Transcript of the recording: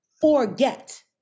forget